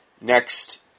Next